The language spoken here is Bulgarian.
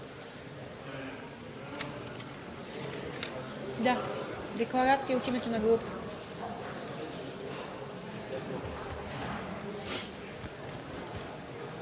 – декларация от името на група.